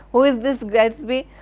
who is this gatsby?